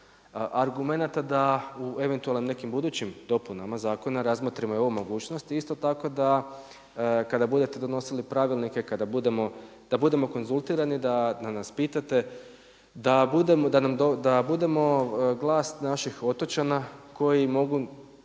argumenata da u eventualno u nekim budućim dopunama zakona razmotrimo i ovu mogućnost i isto tako da kada budete donosili pravilnike, da budemo konzultirani, da nas pitate da budemo glas naših otočana koji imaju